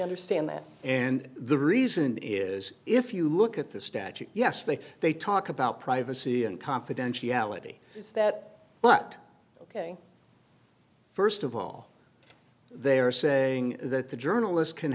the stand that and the reason is if you look at the statute yes they they talk about privacy and confidentiality is that but ok first of all they are saying that the journalists can